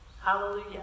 Hallelujah